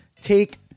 take